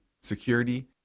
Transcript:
security